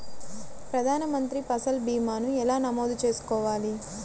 ప్రధాన మంత్రి పసల్ భీమాను ఎలా నమోదు చేసుకోవాలి?